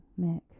Mick